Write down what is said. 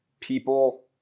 People